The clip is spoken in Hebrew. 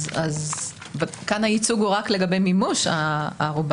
אז כאן הייצוג הוא רק לגבי מימוש הערובה.